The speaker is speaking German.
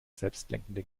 selbstlenkende